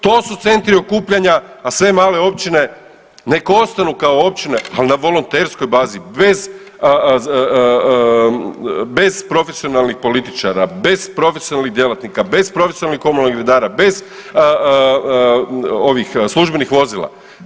To su centri okupljanja, a sve male općine neka ostanu kao općine ali na volonterskoj bazi bez profesionalnih političara, bez profesionalnih djelatnika, bez profesionalnih komunalnih redara, bez ovih službenih vozila.